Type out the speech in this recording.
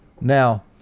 Now